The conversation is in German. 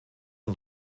und